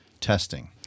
testing